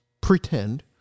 pretend